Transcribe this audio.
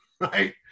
Right